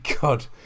God